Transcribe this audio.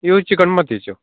ह्यो चिकन मातीयेंच्यो